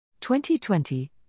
2020